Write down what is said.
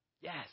Yes